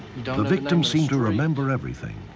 victim seemed to remember everything.